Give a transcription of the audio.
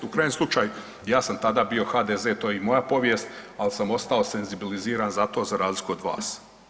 U krajnjem slučaju ja sam tada bio HDZ, to je i moja povijest, al sam ostao senzibiliziran za to za razliku od vas.